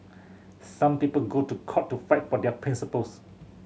some people go to court to fight for their principles